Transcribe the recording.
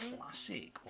Classic